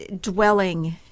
dwelling